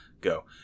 Go